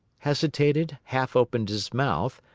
hesitated, half opened his mouth,